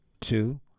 two